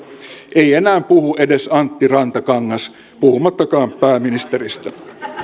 ei enää puhu edes antti rantakangas puhumattakaan pääministeristä